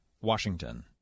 Washington